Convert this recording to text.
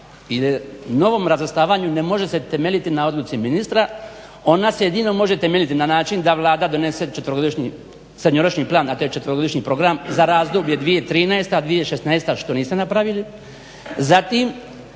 ili novom razvrstavanju ne može se temeljiti na odluci ministra, ona se jedino može temeljiti na način da Vlada donese srednjoročni plan, a taj četverogodišnji program za razdoblje 2013.-2016. što niste napravili. Zatim